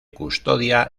custodia